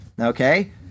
Okay